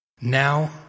Now